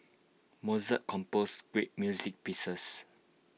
Mozart composed great music pieces